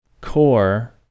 core